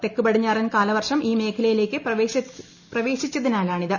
തെക്ക് പടിഞ്ഞാറൻ കാലവർഷം ഈ മേഖലയിലേക്ക് പ്രവേശിച്ചതിനാലാണിത്